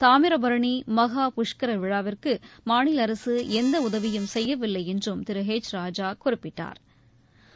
தாமிரபரணி மகாபுஷ்கர விழாவிற்கு மாநில அரசு எந்த உதவியும் செய்யவில்லை என்றும் திரு எச் ராஜா குறிப்பிட்டா்